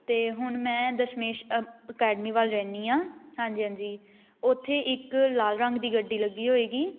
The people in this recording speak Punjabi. ਅਤੇ ਹੁਣ ਮੈਂ ਦਸ਼ਮੇਸ਼ ਅ ਅਕੈਡਮੀ ਵੱਲ ਰਹਿੰਦੀ ਹਾਂ ਹਾਂਜੀ ਹਾਂਜੀ ਉੱਥੇ ਇੱਕ ਲਾਲ ਰੰਗ ਦੀ ਗੱਡੀ ਲੱਗੀ ਹੋਏਗੀ